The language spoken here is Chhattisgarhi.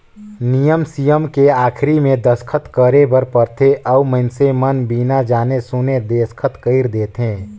नियम सियम के आखरी मे दस्खत करे बर परथे अउ मइनसे मन बिना जाने सुन देसखत कइर देंथे